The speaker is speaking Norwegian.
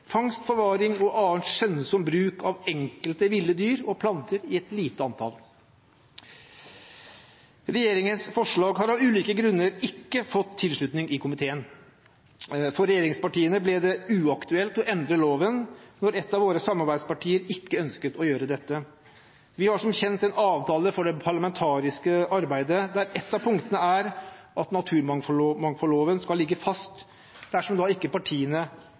fangst, forvaring og annen skjønnsom bruk av enkelte ville dyr og planter i et lite antall. Regjeringens forslag har av ulike grunner ikke fått tilslutning i komiteen. For regjeringspartiene ble det uaktuelt å endre loven når et av våre samarbeidspartier ikke ønsket å gjøre dette. Vi har som kjent en avtale for det parlamentariske arbeidet der et av punktene er at naturmangfoldloven skal ligge fast dersom ikke partiene